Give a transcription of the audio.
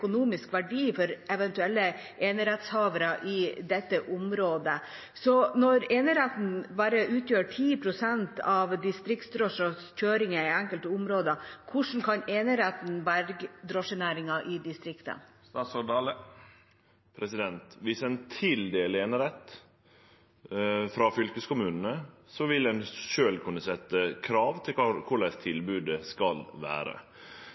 verdi for eventuelle enerettshavere i dette området. Når eneretten bare utgjør 10 pst. av distriktsdrosjenes kjøring i enkelte områder, hvordan kan eneretten berge drosjenæringen i distriktene? Viss ein tildeler einerett frå fylkeskommunane, vil ein sjølv kunne setje krav til korleis tilbodet skal